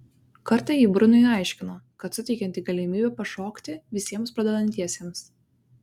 kartą ji brunui aiškino kad suteikianti galimybę pašokti visiems pradedantiesiems